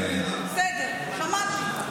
בסדר, שמעתי.